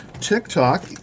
TikTok